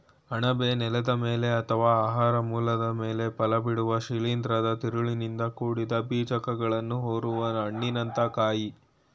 ಅಣಬೆ ನೆಲದ ಮೇಲೆ ಅಥವಾ ಆಹಾರ ಮೂಲದ ಮೇಲೆ ಫಲಬಿಡುವ ಶಿಲೀಂಧ್ರದ ತಿರುಳಿನಿಂದ ಕೂಡಿದ ಬೀಜಕಗಳನ್ನು ಹೊರುವ ಹಣ್ಣಿನಂಥ ಕಾಯ